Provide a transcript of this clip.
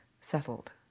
settled